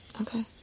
okay